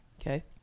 okay